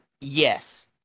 Yes